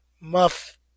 Muff